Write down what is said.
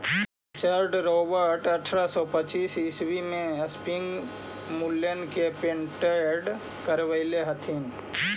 Richard Robert अट्ठरह सौ पच्चीस ईस्वी में स्पीनिंग म्यूल के पेटेंट करवैले हलथिन